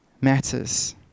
matters